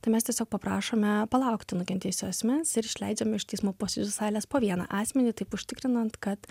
tai mes tiesiog paprašome palaukti nukentėjusio asmens ir išleidžiame iš teismo posėdžių salės po vieną asmenį taip užtikrinant kad